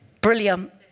Brilliant